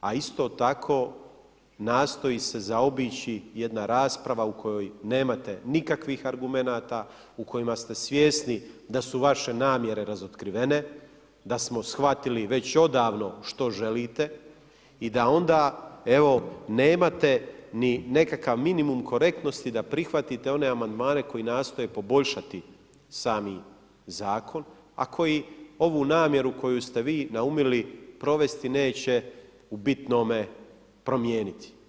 a isto tako nastoji se zaobići jedna rasprava u kojoj nemate nikakvih argumenata u kojima smo svjesni da su vaše namjere razotkrivene, da smo shvatili već odavno što želite i da onda evo nemate ni nekakav minimum korektnosti da prihvatite one amandmane koji nastoje poboljšati sami zakon, a koji ovu namjeru koju ste vi naumili provesti neće u bitnome promijeniti.